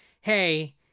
Hey